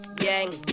yang